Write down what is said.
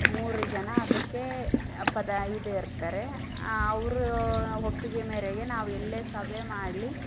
ಮೂರು ಜನ ಅದಕ್ಕೆ ಪದಾ ಇದು ಇರ್ತಾರೆ ಅವರ ಒಪ್ಪಿಗೆ ಮೇರೆಗೆ ನಾವು ಎಲ್ಲೇ ಸಭೆ ಮಾಡಲಿ